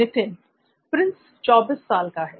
नित्थिन Prince 24 साल का है